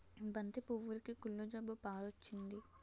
బంతి పువ్వులుకి కుళ్ళు జబ్బు పారొచ్చింది